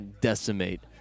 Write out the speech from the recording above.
decimate